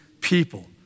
people